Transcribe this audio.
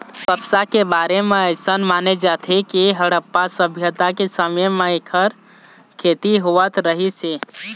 कपसा के बारे म अइसन माने जाथे के हड़प्पा सभ्यता के समे म एखर खेती होवत रहिस हे